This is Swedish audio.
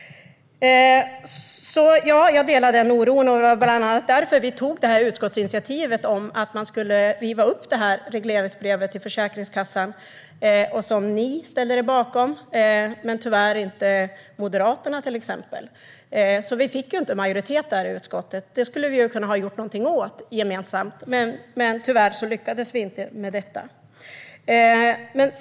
Jag delar alltså den oron. Det var bland annat därför vi tog ett utskottsinitiativ om att man skulle riva upp regleringsbrevet till Försäkringskassan, vilket ni ställde er bakom, men tyvärr till exempel inte Moderaterna. Vi fick därför inte majoritet i utskottet. Detta skulle vi ha kunnat göra något åt gemensamt, men tyvärr lyckades vi inte med detta.